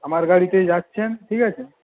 আমার গাড়িতে যাচ্ছেন ঠিক আছে